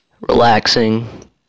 relaxing